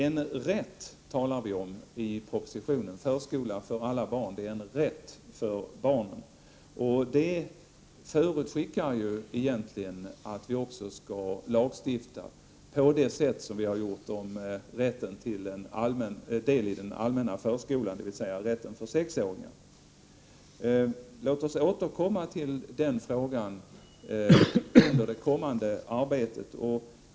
En rätt talar vi om i propositionen Förskola för alla barn. Det är en rätt för barnen. Det förutskickar egentligen att vi också skall lagstifta på det sätt som vi har gjort när det gäller rätten till den allmänna förskolan, dvs. rätten för sexåringar. Låt oss återkomma till den frågan i det kommande arbetet.